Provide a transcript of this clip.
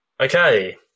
Okay